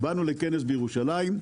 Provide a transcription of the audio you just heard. באנו לכנס בירושלים.